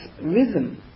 rhythm